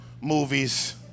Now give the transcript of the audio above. movies